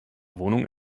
wohnung